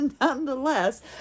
nonetheless